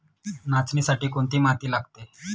नाचणीसाठी कोणती माती लागते?